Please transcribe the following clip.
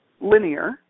linear